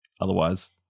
Otherwise